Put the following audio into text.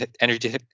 energy